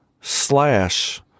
slash